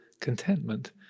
contentment